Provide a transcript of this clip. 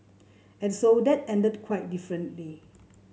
and so that ended quite differently